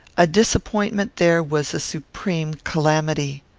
a disappointment there was a supreme calamity.